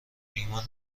ایمان